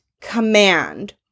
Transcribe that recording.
command